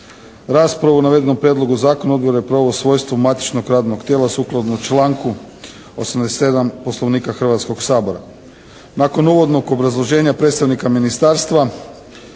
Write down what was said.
Raspravu o navedenom prijedlogu zakona Odbor je proveo u svojstvu matičnog radnog tijela sukladno članku 87. Poslovnika Hrvatskog sabora. Nakon uvodnog obrazloženja predstavnika ministarstva,